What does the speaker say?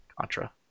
Contra